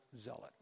Zealot